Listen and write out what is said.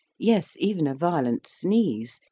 yes, even a violent sneeze,